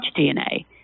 DNA